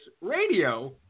radio